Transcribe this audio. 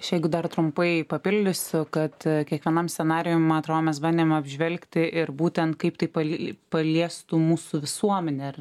š jeigu dar trumpai papildysiu kad kiekvienam scenarijui ma atro mes bandėm apžvelgti ir būtent kaip tai pal li paliestų mūsų visuomenę ar